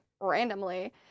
randomly